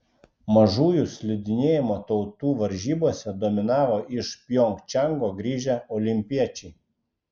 mažųjų slidinėjimo tautų varžybose dominavo iš pjongčango grįžę olimpiečiai